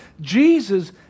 Jesus